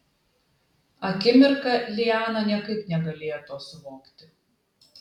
akimirką liana niekaip negalėjo to suvokti